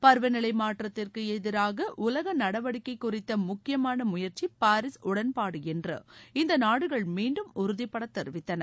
பருவநிலை மாற்றத்திற்கு எதிராக உலக நடவடிக்கை குறித்த முக்கியமான முயற்சி பாரீஸ் உடன்பாடு என்று இந்த நாடுகள் மீண்டும் உறுதிபட தெரிவித்தன